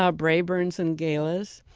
ah braeburns and galas.